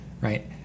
right